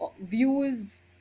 views